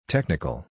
Technical